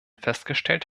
festgestellt